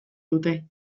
dute